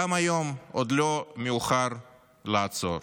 גם היום עוד לא מאוחר לעצור.